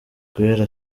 guhera